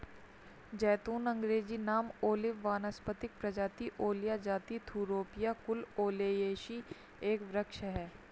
ज़ैतून अँग्रेजी नाम ओलिव वानस्पतिक प्रजाति ओलिया जाति थूरोपिया कुल ओलियेसी एक वृक्ष है